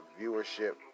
viewership